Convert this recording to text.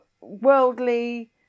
worldly